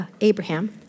Abraham